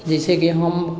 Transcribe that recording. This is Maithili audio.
जैसे कि हम